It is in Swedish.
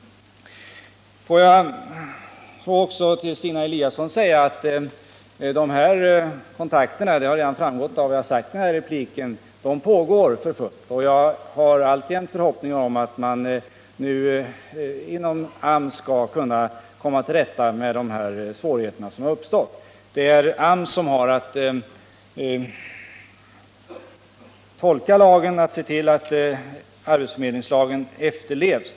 Får jag också till Stina Eliasson säga att de här kontakterna — det har framgått av vad jag redan sagt i den här repliken — pågår för fullt. Jag har alltjämt förhoppningar om att man nu inom AMS skall kunna komma till rätta med de här svårigheterna som har uppstått. Det är AMS som har att tolka lagen och att se till att arbetsförmedlingslagen efterlevs.